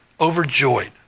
overjoyed